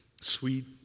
sweet